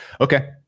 Okay